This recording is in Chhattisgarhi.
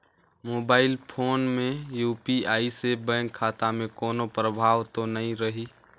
मोबाइल फोन मे यू.पी.आई से बैंक खाता मे कोनो प्रभाव तो नइ रही?